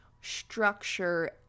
structure